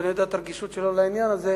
ואני יודע את הרגישות שלו לעניין הזה.